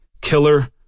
killer